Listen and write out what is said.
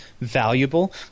valuable